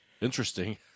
Interesting